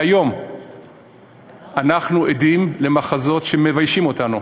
והיום אנחנו עדים למחזות שמביישים אותנו,